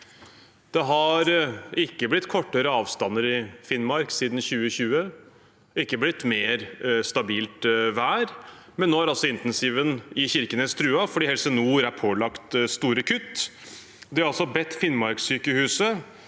Det har ikke blitt kortere avstander i Finnmark siden 2020, og det har ikke blitt mer stabilt vær, men nå er altså intensiven i Kirkenes truet fordi Helse Nord er pålagt store kutt. De har bedt Finnmarkssykehuset,